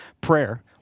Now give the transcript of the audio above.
prayer